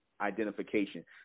identification